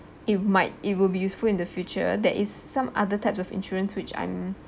it might it will be useful in the future there is some other types of insurance which I'm